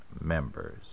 members